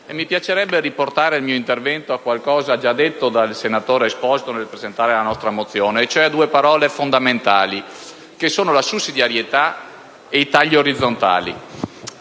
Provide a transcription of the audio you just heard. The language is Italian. Mi piacerebbe riportare il mio intervento a qualcosa già detto dal senatore Esposito nell'illustrare la nostra mozione, cioè a due parole fondamentali: la sussidiarietà e i tagli orizzontali.